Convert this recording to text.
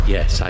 Yes